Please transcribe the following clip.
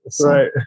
Right